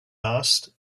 asked